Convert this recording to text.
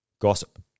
Gossip